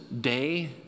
day